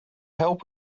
help